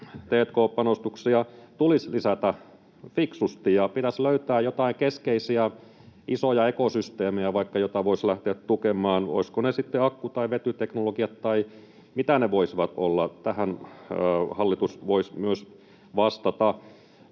t&k-panostuksia tulisi lisätä fiksusti, ja pitäisi löytää vaikka joitain keskeisiä isoja ekosysteemejä, joita voisi lähteä tukemaan. Olisivatko ne sitten akku- tai vetyteknologiat — tai mitä ne voisivat olla? Tähän hallitus voisi myös vastata.